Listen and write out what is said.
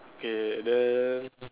K then